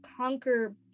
conquer